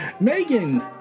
Megan